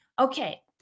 Okay